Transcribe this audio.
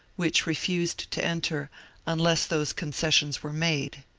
which refused to enter unless those concessions were made.